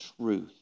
truth